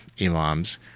imams